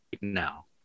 Now